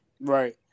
Right